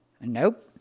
Nope